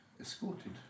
escorted